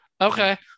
Okay